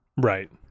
Right